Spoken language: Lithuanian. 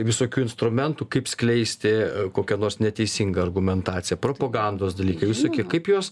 visokių instrumentų kaip skleisti kokią nors neteisingą argumentaciją propagandos dalykai visokie kaip juos